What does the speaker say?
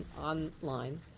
online